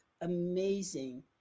amazing